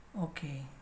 Okay